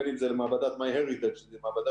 בין אם זה למעבדת MyHeritage שזו מעבדה